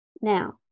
now